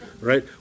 right